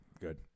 good